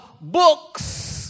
books